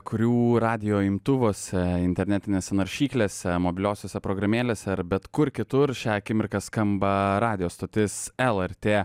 kurių radijo imtuvuose internetinėse naršyklėse mobiliosiose programėlėse ar bet kur kitur šią akimirką skamba radijo stotis lrt